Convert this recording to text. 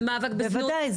בוודאי.